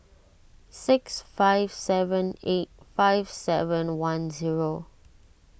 six five seven eight five seven one zero